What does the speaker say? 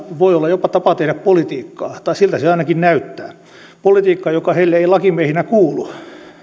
voi olla jopa tapa tehdä politiikkaa tai siltä se ainakin näyttää politiikkaa joka heille ei lakimiehinä kuulu